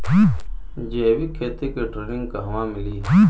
जैविक खेती के ट्रेनिग कहवा मिली?